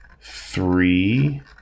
three